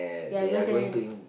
ya going to Internet lah